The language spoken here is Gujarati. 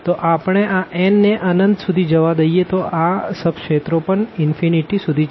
તો આપણે આ n ને ઇનફીનીટી સુધી જવા દઈએ તો આ આ સબ રિજિયનો પણ ઇનફીનીટી સુધી જશે